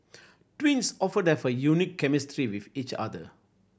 twins often have a unique chemistry with each other